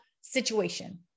situation